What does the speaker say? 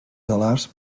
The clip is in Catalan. alars